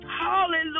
Hallelujah